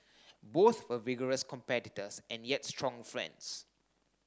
both were vigorous competitors and yet strong friends